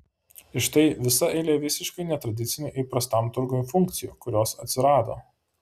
ir štai visa eilė visiškai netradicinių įprastam turgui funkcijų kurios atsirado